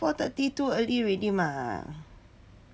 four thirty too early already mah